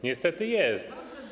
Niestety jest.